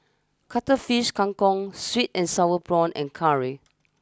Cuttlefish Kang Kong sweet and Sour Prawns and Curry